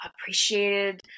appreciated